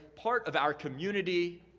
part of our community.